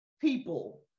people